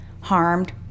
harmed